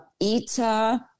Ita